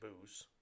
Booze